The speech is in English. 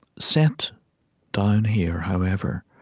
set down here, however,